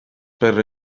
per